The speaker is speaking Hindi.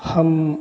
हम